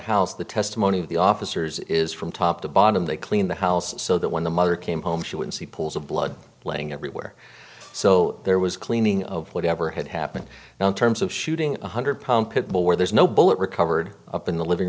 house the testimony of the officers is from top to bottom they clean the house so that when the mother came home she would see pools of blood laying everywhere so there was cleaning of whatever had happened now in terms of shooting one hundred pump it where there's no bullet recovered up in the living